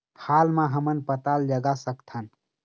हाल मा हमन पताल जगा सकतहन?